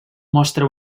mostra